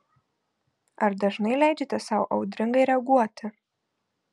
ar dažnai leidžiate sau audringai reaguoti